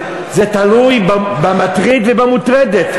זה תלוי במטריד ובמוטרדת,